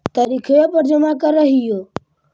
तरिखवे पर जमा करहिओ?